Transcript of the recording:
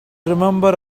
remember